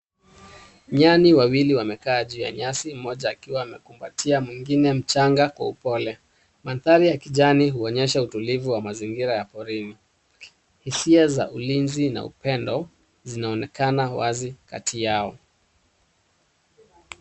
Nyani wawili wamekaa juu ya nyasi, mmoja akiwa amekumbatia mwingine mchanga kwa upole. Mandhari ya kijani huonyesha utulivu wa mazingira ya porini. Hisia za ulinzi na upendo zinaonekana wazi kati yao.